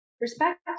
respect